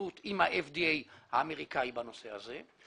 הבריאות עם ה-FDA האמריקאי בנושא הזה.